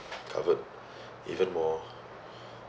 covered even more